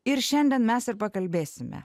ir šiandien mes ir pakalbėsime